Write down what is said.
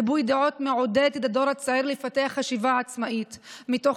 ריבוי דעות מעודד את הדור הצעיר לפתח חשיבה עצמאית מתוך